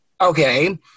Okay